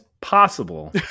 possible